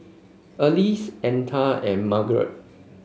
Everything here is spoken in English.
Althea and Margeret